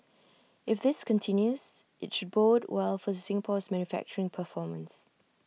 if this continues IT should bode well for Singapore's manufacturing performance